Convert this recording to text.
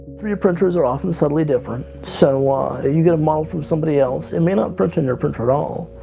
three d printers are often subtly different. so, if you get a model from somebody else, it may not print in your printer at all,